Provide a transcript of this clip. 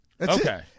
Okay